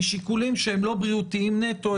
משיקולים שהם לא בריאותיים נטו,